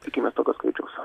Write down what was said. tikimės tokio skaičiaus